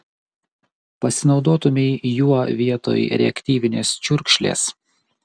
pasinaudotumei juo vietoj reaktyvinės čiurkšlės